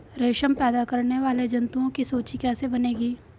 रेशम पैदा करने वाले जंतुओं की सूची कैसे बनेगी?